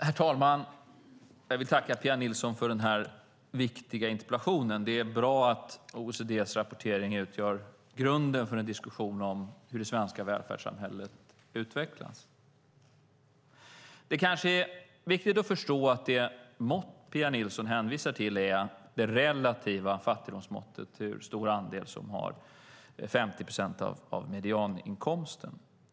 Herr talman! Jag vill tacka Pia Nilsson för denna viktiga interpellation. Det är bra att OECD:s rapportering utgör grunden för en diskussion om hur det svenska välfärdssamhället utvecklas. Det är kanske viktigt att förstå att det mått som Pia Nilsson hänvisar till är det relativa fattigdomsmåttet - hur stor andel som har 50 procent av medianinkomsten.